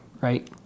right